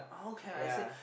yeah